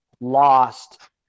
lost